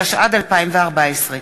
התשע"ד 2014,